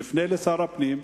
נפנה אל שר הפנים,